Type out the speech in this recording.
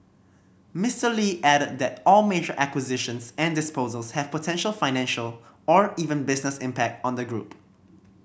Mister Lee added that all major acquisitions and disposals have potential financial or even business impact on the group